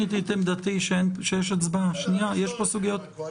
אין ספק שאנחנו שמחים מאוד על ההצעה שנמצאת פה היום.